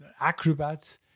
acrobats